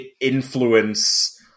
influence